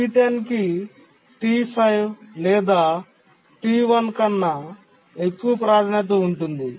T10 కి T5 లేదా T1 కన్నా ఎక్కువ ప్రాధాన్యత ఉంటుంది